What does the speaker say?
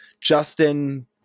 justin